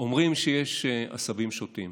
אומרים שיש עשבים שוטים.